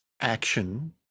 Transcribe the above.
action